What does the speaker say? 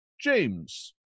James